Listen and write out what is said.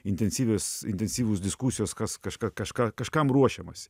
intensyvios intensyvūs diskusijos kas kažką kažką kažkam ruošiamasi